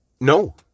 No